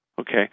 Okay